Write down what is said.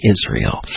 Israel